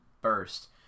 burst